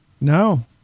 No